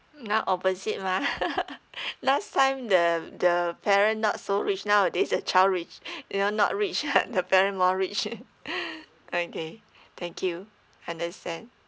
now opposite mah last time the the parent not so rich nowadays the child rich they're now not rich the parent more rich okay thank you understand